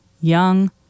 young